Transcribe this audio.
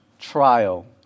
trial